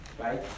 right